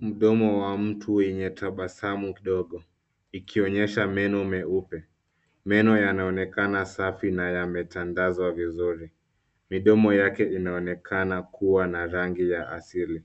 Mdomo wa mtu wenye tabasamu dogo, ikionyesha meno meupe. Meno yanaonekana safi na yametandazwa vizuri. Midomo yake inaonekana kuwa na rangi ya asili,